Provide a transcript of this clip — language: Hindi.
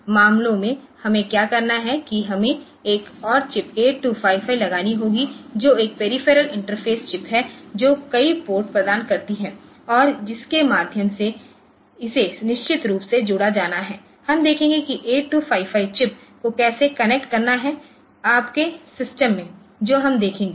तो इस मामलों में हमें क्या करना है कि हमें एक और चिप 8255 लगानी होगी जो एक पेरीफेरल इंटरफ़ेस चिप है जो कई पोर्ट प्रदान करती है और जिसके माध्यम से इसे निश्चित रूप से जोड़ा जाना है हम देखेंगे कि 8255 चिप को कैसे कनेक्ट करना है आपके सिस्टम में जो हम देखेंगे